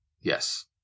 Yes